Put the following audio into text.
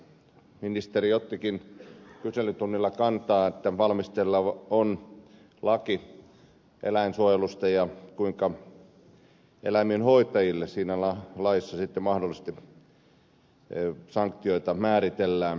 ministeri ottikin kyselytunnilla kantaa että valmisteilla on laki eläinsuojelusta ja siitä kuinka eläimien hoitajille siinä laissa mahdollisesti sanktioita määritellään